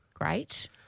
Great